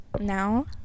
now